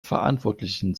verantwortlichen